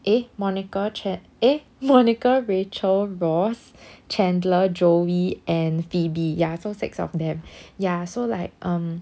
eh monica cha~ eh monica rachel ross chandler joey and phoebe ya so six of them ya so like um